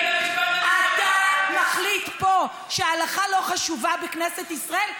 אתה מחליט פה שההלכה לא חשובה בכנסת ישראל?